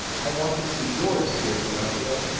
i want to see yours, dear pinocchio.